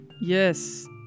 Yes